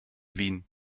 wien